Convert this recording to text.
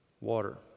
water